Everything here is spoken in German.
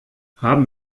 haben